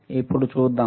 ఇప్పుడు చూద్దాం